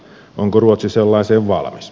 onko ruotsi sellaiseen valmis